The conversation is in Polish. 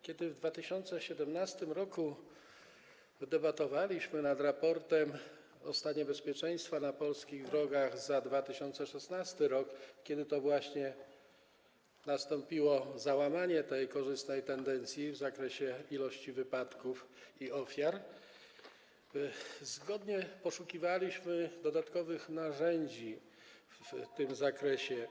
Kiedy w 2017 r. debatowaliśmy nad raportem o stanie bezpieczeństwa na polskich drogach za 2016 r., kiedy to właśnie nastąpiło załamanie tej korzystnej tendencji w zakresie ilości wypadków i ofiar, zgodnie poszukiwaliśmy dodatkowych narzędzi w tym zakresie.